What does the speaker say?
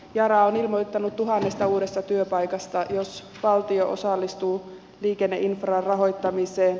yara on ilmoittanut tuhannesta uudesta työpaikasta jos valtio osallistuu liikenneinfran rahoittamiseen